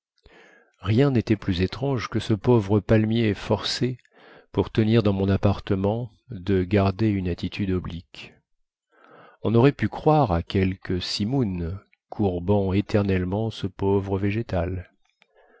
rien nétait plus étrange que ce pauvre palmier forcé pour tenir dans mon appartement de garder une attitude oblique on aurait pu croire à quelque simoun courbant éternellement ce pauvre végétal